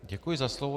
Děkuji za slovo.